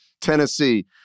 Tennessee